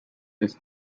its